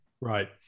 Right